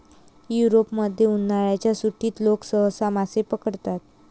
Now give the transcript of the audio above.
युरोपमध्ये, उन्हाळ्याच्या सुट्टीत लोक सहसा मासे पकडतात